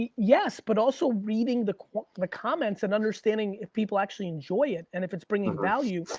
yes, but also, reading the the comments and understanding if people actually enjoy it and if it's bringing value.